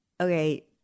okay